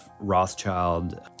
Rothschild